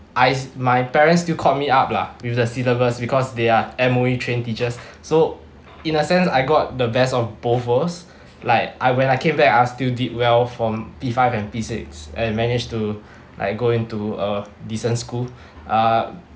I my parents still caught me up lah with the syllabus because they are M_O_E trained teachers so in a sense I got the best of both worlds like I when I came back I still did well from P five and P six and managed to like go into a decent school uh